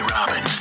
Robin